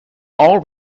all